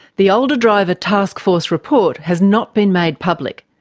the older driver taskforce report has not been made public.